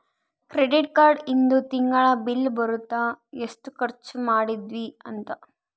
credit card ಇಂದು ತಿಂಗಳ bill ಬರುತ್ತ ಎಸ್ಟ ಖರ್ಚ ಮದಿದ್ವಿ ಅಂತ